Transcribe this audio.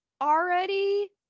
already